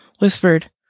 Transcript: whispered